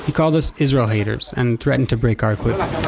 called us israel haters and threatened to break our equipment.